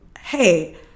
hey